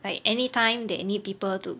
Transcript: like anytime that they need people to